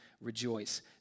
rejoice